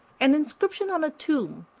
an inscription on a tomb,